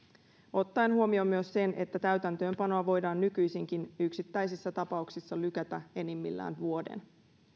ottaen huomioon myös sen että täytäntöönpanoa voidaan nykyisinkin yksittäisissä tapauksissa lykätä enimmillään vuoden